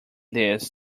this